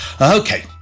Okay